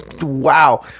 Wow